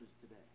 today